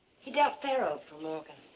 he dealt faro for morgan.